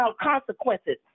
consequences